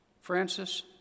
Francis